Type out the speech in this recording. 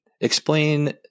explain